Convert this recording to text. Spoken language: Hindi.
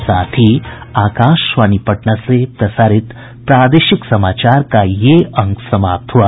इसके साथ ही आकाशवाणी पटना से प्रसारित प्रादेशिक समाचार का ये अंक समाप्त हुआ